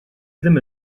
ddim